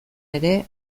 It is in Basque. ere